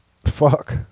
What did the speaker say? fuck